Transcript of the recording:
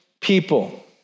people